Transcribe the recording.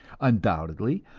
undoubtedly,